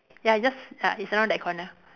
ya just ya it's around that corner